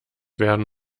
werden